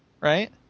right